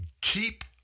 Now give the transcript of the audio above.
keep